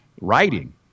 writing